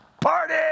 Party